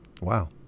Wow